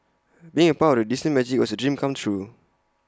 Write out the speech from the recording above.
being A part of the Disney magic was A dream come true